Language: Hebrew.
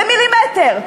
במילימטר.